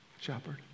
shepherd